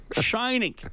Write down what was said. shining